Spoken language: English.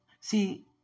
See